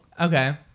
Okay